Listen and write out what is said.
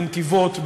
בנתיבות,